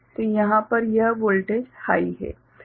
तो यहाँ पर यह वोल्टेज हाइ है